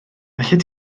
allet